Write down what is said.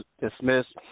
dismissed